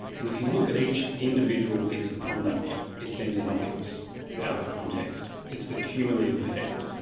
and if you look at each individual piece of conduct, it seems innocuous out of context, it's the cumulative effect.